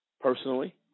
personally